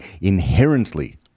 inherently